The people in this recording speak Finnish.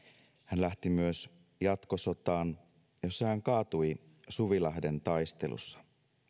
hän lähti myös jatkosotaan jossa hän kaatui suvilahden taistelussa